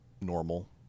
normal